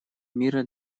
мира